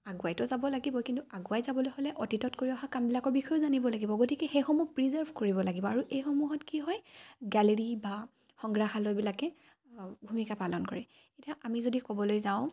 আগুৱাইতো যাব লাগিবই কিন্তু আগুৱাই যাবলৈ হ'লে অতীতত কৰি অহা কামবিলাকৰ বিষয়েও জানিব লাগিব গতিকে সেইসমূহ প্ৰিজাৰ্ভ কৰিব লাগিব আৰু এইসমূহত কি হয় গেলেৰী বা সংগ্ৰাহালয়বিলাকে ভূমিকা পালন কৰে এতিয়া আমি যদি ক'বলৈ যাওঁ